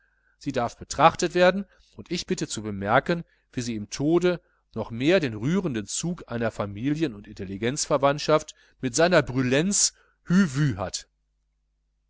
sie darf betrachtet werden und ich bitte zu bemerken wie sie im tode noch mehr den rührenden zug einer familien und intelligenzverwandtschaft mit sr brüllenz hüh wüh hat